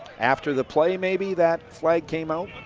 after the play, maybe, that flag came out.